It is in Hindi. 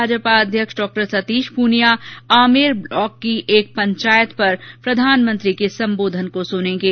भाजपा प्रदेशाध्यक्ष डॉ सतीश पूनिया आमेर ब्लॉक की एक पंचायत पर प्रधानमंत्री के संबोधन को सुनेगें